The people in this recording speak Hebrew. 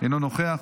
אינו נוכח,